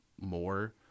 more